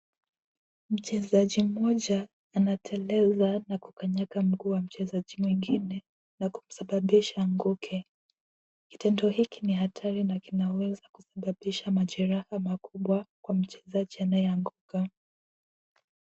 Mchezaji mmoja anateleza na kukanyaga mguu wa mchezaji mwingine na kumsabisha anguke. Kitendo hiki ni hatari na kinaweza kusabisha majeraha makubwa kwa mchezaji anayeanguka.